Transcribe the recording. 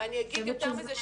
אני אגיד יותר מזה,